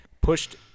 pushed